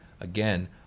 again